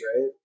right